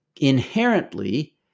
inherently